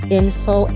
info